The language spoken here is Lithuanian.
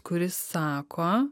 kuris sako